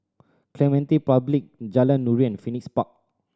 Clementi Public Jalan Nuri and Phoenix Park